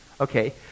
Okay